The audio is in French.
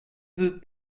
veux